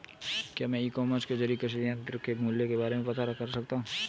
क्या मैं e commerce के ज़रिए कृषि यंत्र के मूल्य के बारे में पता कर सकता हूँ?